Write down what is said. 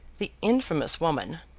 the infamous woman,